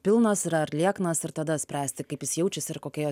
pilnas yra ar lieknas ir tada spręsti kaip jis jaučiasi ir kokia jo